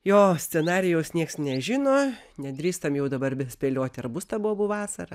jo scenarijaus niekas nežino nedrįstam jau dabar spėlioti ar bus ta bobų vasara